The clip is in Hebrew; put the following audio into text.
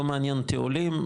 לא מעניין אותי עולים,